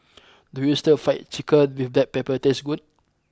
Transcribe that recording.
does Stir Fry Chicken with black pepper taste good